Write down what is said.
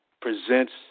Presents